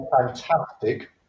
fantastic